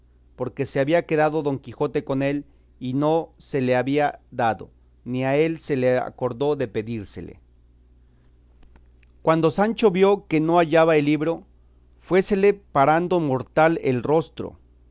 porque se había quedado don quijote con él y no se le había dado ni a él se le acordó de pedírsele cuando sancho vio que no hallaba el libro fuésele parando mortal el rostro